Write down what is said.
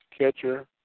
catcher